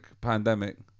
pandemic